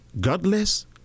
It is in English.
godless